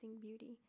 beauty